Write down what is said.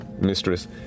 mistress